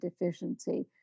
deficiency